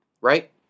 right